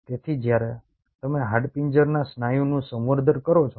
તેથી જ્યારે તમે હાડપિંજરના સ્નાયુનું સંવર્ધન કરો છો